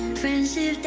friendship